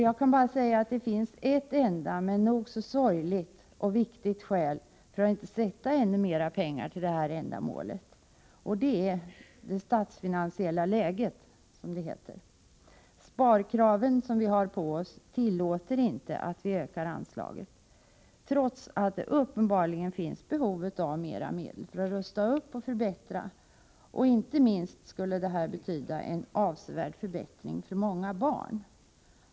Jag kan bara säga att det finns ett enda men nog så sorgligt och viktigt skäl för att inte avsätta ännu mera pengar till detta ändamål: det statsfinansiella läget. Sparkraven tillåter inte att vi ökar anslaget, trots att det uppenbarligen finns behov av mera medel för att rusta upp och förbättra vissa bostadsområden. Inte minst skulle detta betyda en avsevärd förbättring för många barn.